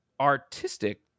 artistic